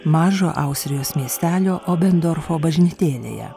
mažo austrijos miestelio obendorfo bažnytėlėje